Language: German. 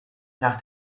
nach